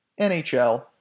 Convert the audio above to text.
NHL